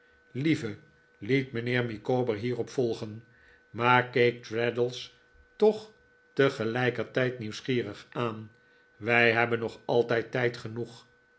lieve liet mijnheer micawber hierop volgen maar keek traddles toch tegelijkertijd nieuwsgierig aan wij hebben nog altijd tijd genoeg